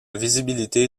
visibilité